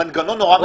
המנגנון נורא מסובך.